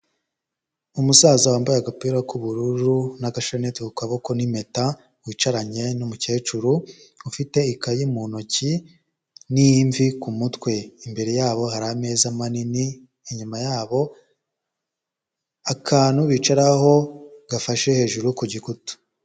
Umusaza wambaye agapira k'ubururu n'agashaneti ku kaboko n'impeta wicaranye n'umukecuru ufite ikayi mu ntoki n'imvi ku mutwe, imbere yabo hari ameza manini inyuma yabo akantu bicaraho gafashe hejuru ku gikuta.